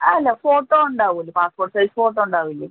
അത് അല്ല ഫോട്ടോ ഉണ്ടാവും അല്ലൊ പാസ്പോർട്ട് സൈസ് ഫോട്ടോ ഉണ്ടാവില്ലെ